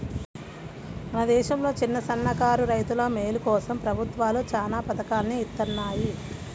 మన దేశంలో చిన్నసన్నకారు రైతుల మేలు కోసం ప్రభుత్వాలు చానా పథకాల్ని ఇత్తన్నాయి